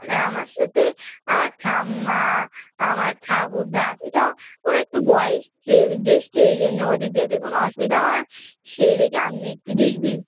হ্যাঁ আমার সাথে আমার ঠাম্মা আমার ঠাকুরদা আছে তো ওরা একটু বয়স জ্যেষ্ঠ ওই জন্য ওদের যাতে কোনও অসুবিধা হয় সেই দেখে আপনি একটু দেখবেন